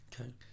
Okay